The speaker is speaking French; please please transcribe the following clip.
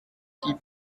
qui